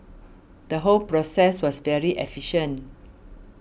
the whole process was very efficient